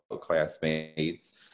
classmates